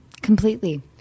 completely